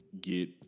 get